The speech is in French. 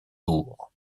lourds